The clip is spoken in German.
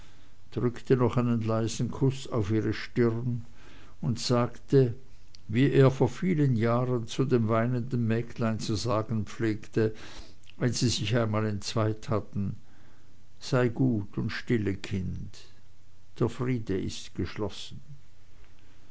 drückte noch einen leisen kuß auf ihre stirn und sagte wie er vor vielen jahren zu dem weinenden mägdlein zu sagen pflegte wenn sie sich einmal entzweit hatten sei gut und stille kind der friede ist geschlossen